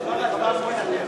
תשובה והצבעה במועד אחר.